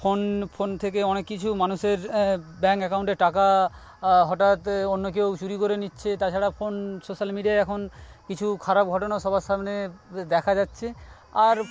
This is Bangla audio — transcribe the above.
ফোন ফোন থেকে অনেক কিছু মানুষের ব্যাঙ্ক অ্যাকাউন্টের টাকা হঠাৎ অন্য কেউ চুরি করে নিচ্ছে তাছাড়া ফোন সোশ্যাল মিডিয়ায় এখন কিছু খারাপ ঘটনা সবার সামনে দেখা যাচ্ছে আর